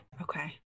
Okay